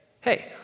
hey